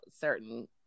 certain